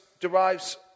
derives